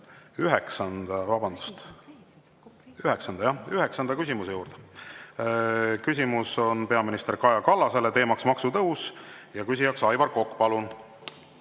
üheksanda küsimuse juurde. Küsimus on peaminister Kaja Kallasele, teema maksutõus ja küsija Aivar Kokk. Palun!